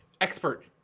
expert